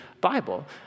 Bible